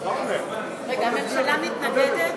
תסביר שהיא מתנגדת.